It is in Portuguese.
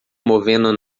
movendo